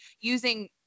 using